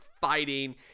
fighting